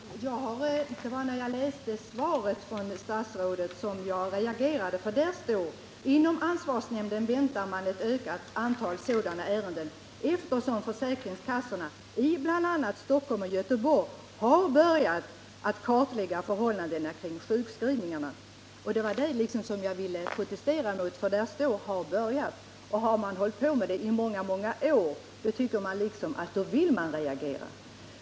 Herr talman! Det var när jag läste svaret från statsrådet som jag reagerade, för där står: ”Inom ansvarsnämnden väntar man ett ökat antal sådana ärenden, eftersom försäkringskassorna i bl.a. Stockholm och Göteborg har börjat att kartlägga förhållandena kring sjukskrivningar.” Det var det som jag ville protestera mot, för det står ”har börjat”, men har det pågått i många år, då tycker man liksom att man vill reagera.